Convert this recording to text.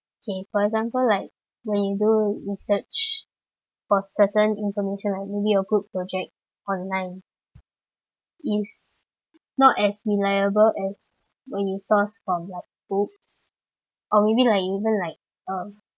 okay for example like when you do research for certain information like maybe a group project online it's not as reliable as when you source for like books or maybe like even like um